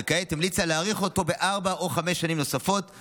וכעת המליצה להאריך אותו בארבע או בחמש שנים נוספות,